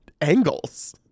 angles